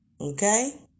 Okay